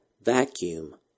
vacuum